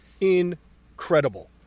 incredible